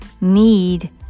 need